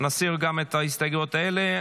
נסיר גם את ההסתייגויות האלה.